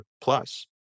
plus